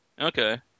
Okay